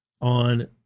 on